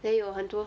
then 有很多